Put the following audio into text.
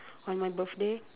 on my birthday